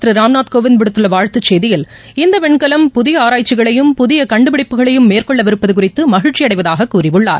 திருராம்நாத் கோவிந்த் விடுத்துள்ளவாழ்த்துசெய்தியில் குடியரசுத் தலைவர் இந்தவிண்கலம் புதிய ஆராய்ச்சிகளையும் புதியகண்டுபிடிப்புகளையும் மேற்கொள்ளவிருப்பதுகுறித்துமகிழ்ச்சிஅடைவதாககூறியுள்ளார்